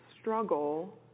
struggle